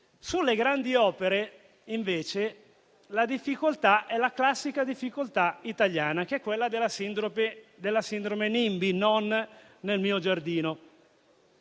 Sulle grandi opere, invece, vi è la classica difficoltà italiana, causata dalla sindrome NIMBY (non nel mio giardino).